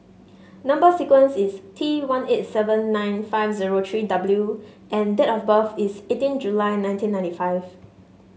number sequence is T one eight seven nine five zero three W and date of birth is eighteen July nineteen ninety five